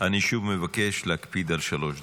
אני שוב מבקש להקפיד על שלוש דקות.